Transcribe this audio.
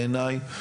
בעיניי,